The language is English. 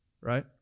Right